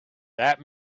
that